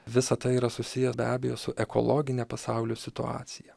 visa tai yra susiję be abejo su ekologine pasaulio situacija